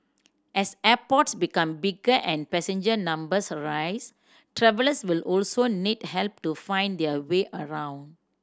as airports become bigger and passenger numbers rise travellers will also need help to find their way around